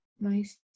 Nice